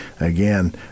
again